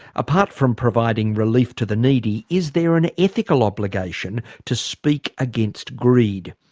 apart from providing relief to the needy, is there an ethical obligation to speak against greed?